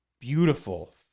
Beautiful